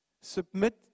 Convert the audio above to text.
submit